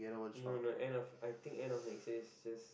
no no no end of I think end of next year it's just